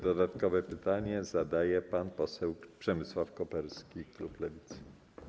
Dodatkowe pytanie zadaje pan poseł Przemysław Koperski, klub Lewicy.